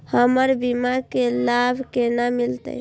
हमर बीमा के लाभ केना मिलते?